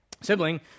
sibling